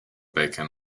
bacon